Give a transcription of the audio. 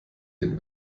den